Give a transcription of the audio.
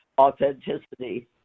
authenticity